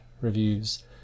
reviews